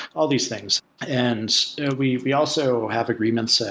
all these things. and we we also have agreements, ah